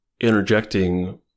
interjecting